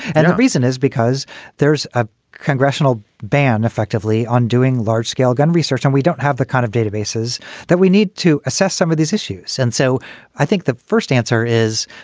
and the reason is because there's a congressional ban effectively undoing large scale gun research and we don't have the kind of databases that we need to assess some of these issues. and so i think the first answer is,